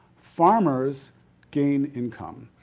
farmers gain income.